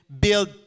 build